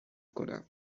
کنم